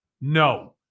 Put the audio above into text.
No